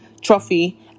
trophy